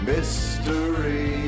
Mystery